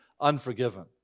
unforgiven